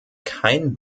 kein